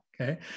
okay